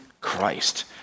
Christ